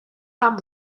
სამ